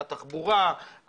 התחבורה,